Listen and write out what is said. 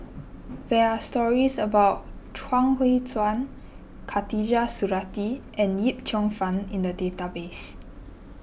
there are stories about Chuang Hui Tsuan Khatijah Surattee and Yip Cheong Fun in the database